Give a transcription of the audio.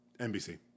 NBC